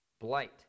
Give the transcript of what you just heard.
blight